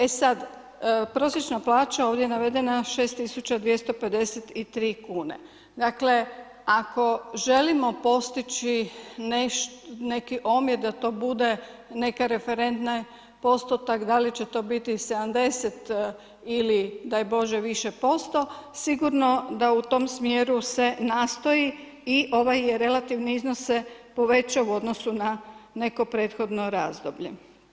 E sad, prosječna plaća ovdje navedena 6253 kune, dakle ako želimo postići neki omjer da to bude neki referentni postotak, da li će to biti 70 ili daj Bože više posto, sigurno da u tom smjeru se nastoji i ovaj relativni iznos se poveća u odnosu na neko prethodno razdoblje.